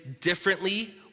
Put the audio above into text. differently